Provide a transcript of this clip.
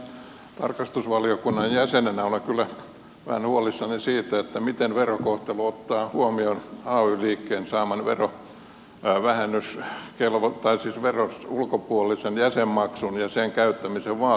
sen sijaan tarkastusvaliokunnan jäsenenä olen kyllä vähän huolissani siitä miten verokohtelu ottaa huomioon ay liikkeen veron ulkopuolisen jäsenmaksun ja sen käyttämisen vaalityöhön